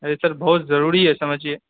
ارے sir بہت ضروری ہے سمجھیے